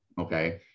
Okay